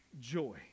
joy